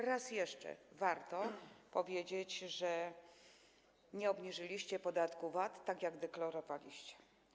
Raz jeszcze warto powiedzieć, że nie obniżyliście podatku VAT, tak jak deklarowaliście.